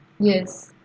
yes